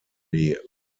die